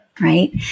right